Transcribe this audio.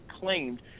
claimed